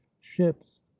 ships